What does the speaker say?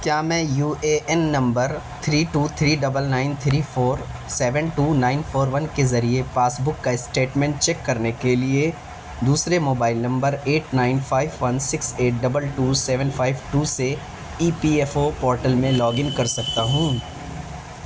کیا میں U A N number three two three double nine three four seven two nine four one کے ذریعے passbook کا statement check کرنے کے لیے دوسرے mobile number eight nine five one six eight double two seven five two سے E P F O portal میں log in کر سکتا ہوں